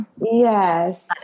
Yes